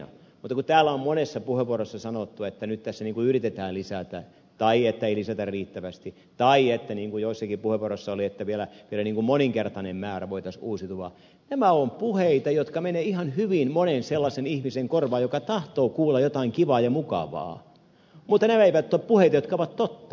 mutta kun täällä on monessa puheenvuorossa sanottu että nyt tässä yritetään lisätä tai että ei lisätä riittävästi tai että niin kuin joissakin puheenvuoroissa oli vielä moninkertainen määrä voitaisiin uusiutuvaa lisätä nämä ovat puheita jotka menevät ihan hyvin monen sellaisen ihmisen korvaan jotka tahtovat kuulla jotain kivaa ja mukavaa mutta nämä eivät ole puheita jotka ovat totta